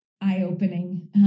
eye-opening